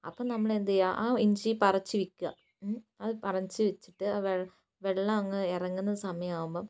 അപ്പോൾ നമ്മൾ എന്തുചെയ്യാം ആ ഇഞ്ചി പറിച്ച് വിൽക്കുക അത് പറിച്ച് വച്ചിട്ട് ആ വെള്ളം വെള്ളം അങ്ങ് ഇറങ്ങുന്ന സമയാവുമ്പം